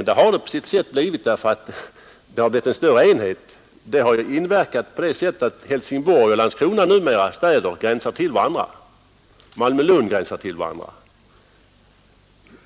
Men det har det på sätt och vis blivit därför att det har uppstått en större enhet. Det har bl.a. medfört att Helsingborg och Landskrona liksom Malmö och Lund numera är städer som gränsar till varandra.